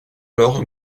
alors